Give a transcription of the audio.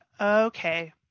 okay